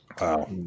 Wow